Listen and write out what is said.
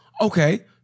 Okay